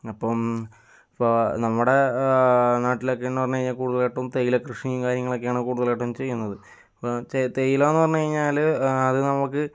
അപ്പോൾ ഇപ്പോൾ നമ്മുടെ നാട്ടിലേക്കെന്നു പറഞ്ഞു കഴിഞ്ഞാൽ കൂടുതലായിട്ടും തേയില കൃഷിയും കാര്യങ്ങളൊക്കെയാണ് കൂടുതലായിട്ടും ചെയ്യുന്നത് ഇപ്പോൾ തേയിലയെന്നു പറഞ്ഞു കഴിഞ്ഞാൽ അത് നമുക്ക്